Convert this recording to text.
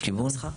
יש כיוון?